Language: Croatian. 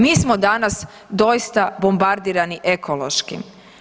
Mi smo danas doista bombardirani ekološkim.